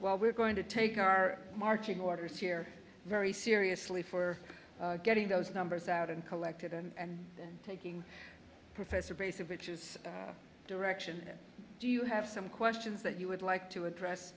well we're going to take our marching orders here very seriously for getting those numbers out and collected and taking professor pace of which is direction do you have some questions that you would like to address